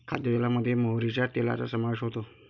खाद्यतेलामध्ये मोहरीच्या तेलाचा समावेश होतो